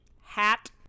hat